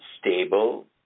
stable